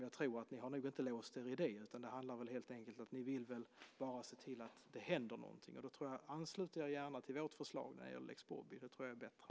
Jag tror inte att ni har låst er vid det, utan jag tror att det helt enkelt handlar om att ni vill se till att det händer någonting. Anslut er gärna till vårt förslag om lex Bobby. Det tror jag vore bättre.